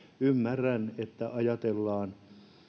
ymmärrän että ajatellaan